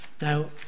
Now